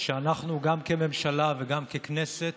שאנחנו גם כממשלה וגם ככנסת